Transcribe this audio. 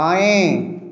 बाएँ